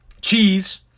cheese